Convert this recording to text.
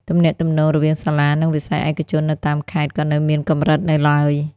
ទំនាក់ទំនងរវាងសាលានិងវិស័យឯកជននៅតាមខេត្តក៏នៅមានកម្រិតនៅឡើយ។